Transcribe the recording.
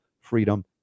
Freedom